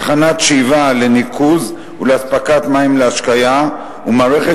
תחנת שאיבה לניקוז ולאספקת מים להשקיה ומערכת